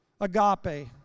agape